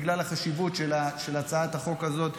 בגלל החשיבות של הצעת החוק הזאת,